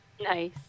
Nice